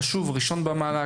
חשוב וראשון במעלה.